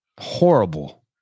Horrible